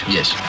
Yes